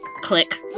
Click